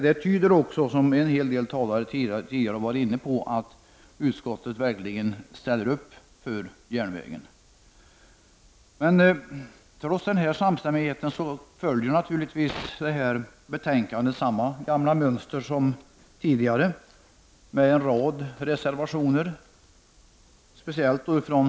Det tyder på, vilket flera talare har varit inne på, att utskottet verkligen ställer upp för järnvägen. Men trots denna samstämmighet följer detta betänkande samma gamla mönster som tidigare, vilket innebär att en rad reservationer har fogats till betänkandet, speciellt från två partier.